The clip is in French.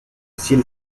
aussi